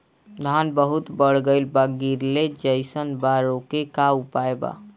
धान बहुत बढ़ गईल बा गिरले जईसन बा रोके क का उपाय बा?